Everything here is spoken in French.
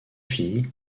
filles